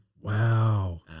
Wow